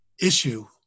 issue